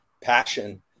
passion